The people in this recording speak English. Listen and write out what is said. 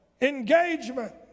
engagement